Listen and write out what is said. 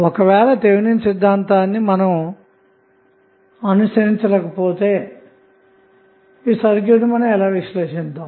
ఒకవేళ థెవినిన్ సిద్ధాంతాన్ని అనుసరించకపోతే ఈ సర్క్యూట్ను ఎలా విశ్లేషించాలి